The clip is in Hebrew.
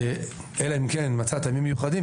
אלא אם כן מצא טעמים מיוחדים,